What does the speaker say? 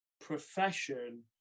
profession